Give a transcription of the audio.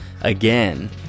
again